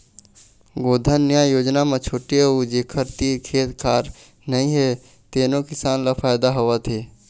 गोधन न्याय योजना म छोटे अउ जेखर तीर खेत खार नइ हे तेनो किसान ल फायदा होवत हे